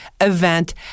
event